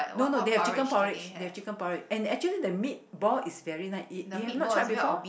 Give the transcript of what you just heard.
no no they have chicken porridge they have chicken porridge and actually the meatball is very nice you you have not tried before